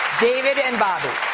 david and bobby.